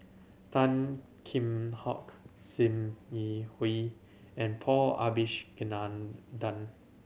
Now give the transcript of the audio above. Tan Kheam Hock Sim Yi Hui and Paul Abisheganaden